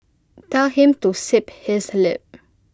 tell him to zip his lip